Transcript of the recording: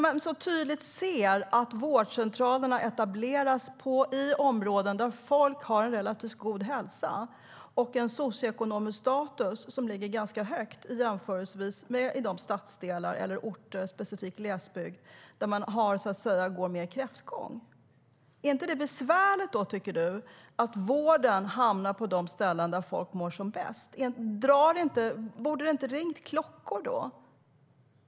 Vi ser tydligt att vårdcentralerna etableras i områden där folk har en relativt god hälsa och en socioekonomisk status som ligger ganska högt i jämförelse med de stadsdelar och orter, särskilt i glesbygd, som går kräftgång. Tycker du inte att det är besvärligt att vården hamnar på de ställen där folk mår som bäst? Borde inte varningsklockorna ha ringt?